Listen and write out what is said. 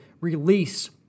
release